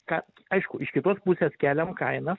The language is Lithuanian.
ką aišku iš kitos pusės keliam kainas